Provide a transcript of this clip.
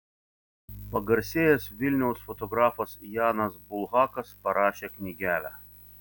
pagarsėjęs vilniaus fotografas janas bulhakas parašė knygelę